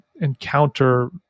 encounter